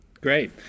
Great